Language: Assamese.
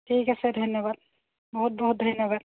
ঠিক আছে ধন্যবাদ বহুত বহুত ধন্যবাদ